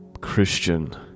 Christian